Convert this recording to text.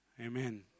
Amen